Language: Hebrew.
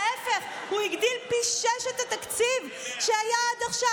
להפך, הוא הגדיל פי שישה את התקציב שהיה עד עכשיו.